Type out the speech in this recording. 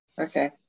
Okay